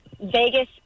Vegas